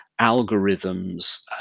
algorithms